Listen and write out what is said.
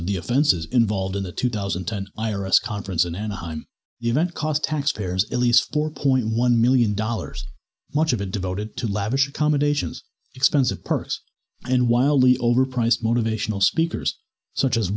of the offenses involved in the two thousand and ten iris conference in anaheim the event cost taxpayers at least four point one million dollars much of a devoted to lavish accommodations expensive perks and wildly overpriced motivational speakers such as